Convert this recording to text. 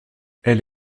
elle